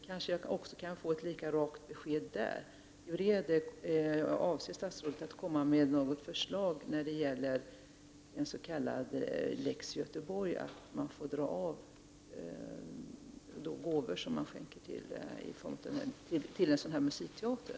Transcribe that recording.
Kanske jag kan få ett lika rakt besked på den punkten: Avser statsrådet att komma med något förslag — en s.k. lex Göteborg — om att man får dra av gåvor som man skänker till en sådan musikteater?